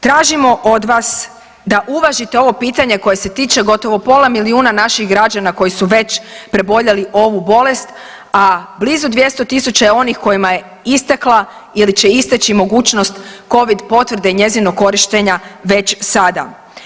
Tražimo od vas da uvažite ovo pitanje koje se tiče gotovo pola milijuna naših građana koji su već preboljeli ovu bolest, a blizu 200.000 je onih kojima je istekla ili će isteći mogućnost Covid potvrde i njezinog korištenja već sada.